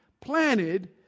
planted